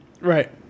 Right